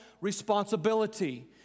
responsibility